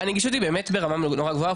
הנגישות היא באמת ברמה נורא גבוהה,